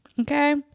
okay